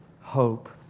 hope